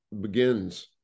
begins